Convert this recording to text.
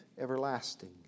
everlasting